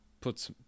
put